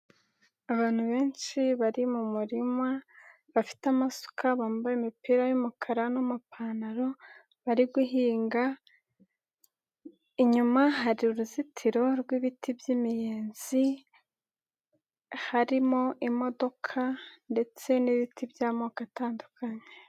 Abantu benshi bari mu murima, bafite amasuka, bambaye imipira y'umukara n'amapantaro, bari guhinga, inyuma hari uruzitiro rwibiti by'imiyenzi, harimo imodoka, ndetse n'ibiti by'amoko atandukanye.